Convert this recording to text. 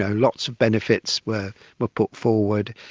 ah lots of benefits were were put forward,